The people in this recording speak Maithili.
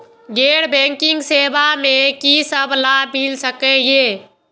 गैर बैंकिंग सेवा मैं कि सब लाभ मिल सकै ये?